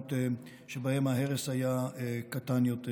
למקומות שבהם ההרס היה קטן יותר.